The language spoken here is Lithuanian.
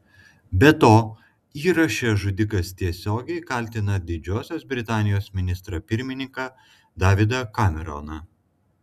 be to įraše žudikas tiesiogiai kaltina didžiosios britanijos ministrą pirmininką davidą cameroną